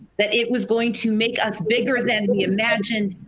that it was going to make us bigger than we imagined.